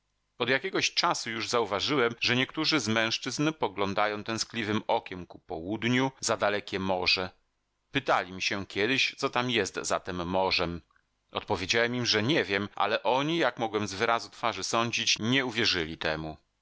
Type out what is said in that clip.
od jakiegoś czasu już zauważyłem że niektórzy z mężczyzn poglądają tęskliwym okiem ku południu za dalekie morze pytali mi się kiedyś co tam jest za tem morzem odpowiedziałem im że nie wiem ale oni jak mogłem z wyrazu twarzy sądzić nie uwierzyli temu